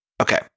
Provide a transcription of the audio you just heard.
Okay